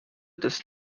des